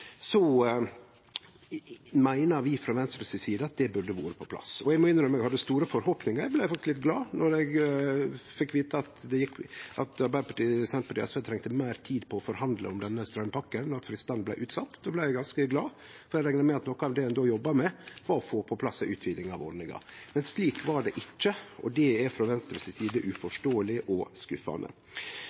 meiner vi frå Venstre si side at det burde vore på plass. Og eg må innrømme at eg hadde store forhåpningar, eg blei faktisk litt glad, då eg fekk vite at Arbeidarpartiet, Senterpartiet og SV trengte meir tid på å forhandle om denne straumpakka, at fristane blei utsette. Då blei eg ganske glad, for eg rekna med at noko av det ein då jobba med, var å få på plass ei utviding av ordninga. Slik var det ikkje, og det er frå Venstre si side uforståeleg og skuffande.